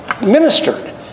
ministered